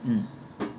um